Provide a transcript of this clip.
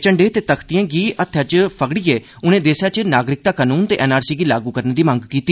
झंडा ते तख्तिएं गी हत्थें च फड़ियै उनें देसे च नागरिकता कनून ते एनआरसी गी लागू करने दी मंग कीती